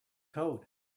code